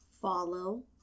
follow